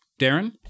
Darren